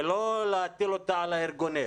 ולא להטיל אותה על הארגונים.